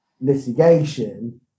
litigation